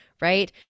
right